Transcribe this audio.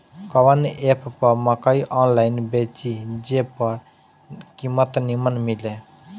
कवन एप पर मकई आनलाइन बेची जे पर कीमत नीमन मिले?